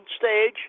stage